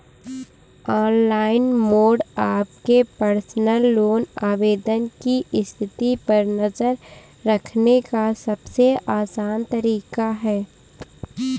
online mode आपके personal loan आवेदन की स्थिति पर नज़र रखने का सबसे आसान तरीका है